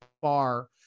far